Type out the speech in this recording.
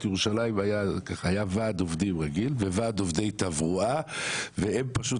ירושלים והיה ועד עובדים רגיל וועד עובדי תברואה והם פשוט